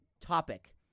topic